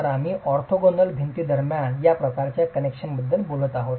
तर आम्ही ऑर्थोगोनल भिंती दरम्यान या प्रकारच्या कनेक्शनबद्दल बोलत आहोत